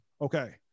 okay